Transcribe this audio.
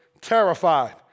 terrified